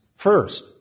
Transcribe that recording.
First